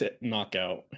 knockout